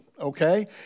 Okay